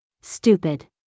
Stupid